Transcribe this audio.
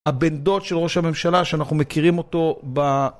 הבן דוד של ראש הממשלה שאנחנו מכירים אותו ב...